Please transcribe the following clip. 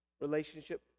Relationship